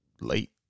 Late